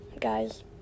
guys